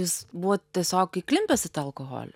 jūs buvo tiesiog įklimpęs į tą alkoholį